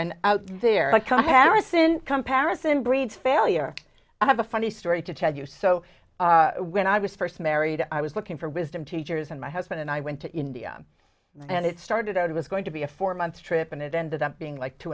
comparison comparison breeds failure i have a funny story to tell you so when i was first married i was looking for wisdom teachers and my husband and i went to india and it started out it was going to be a four month trip and it ended up being like two